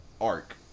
arc